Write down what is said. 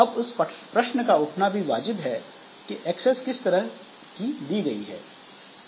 अब इस प्रश्न का उठना भी वाजिब है कि एक्सेस किस तरह की दी गई है